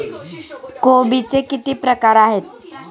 कोबीचे किती प्रकार आहेत?